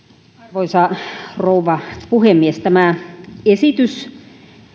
arvoisa rouva puhemies tämä esitys